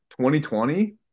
2020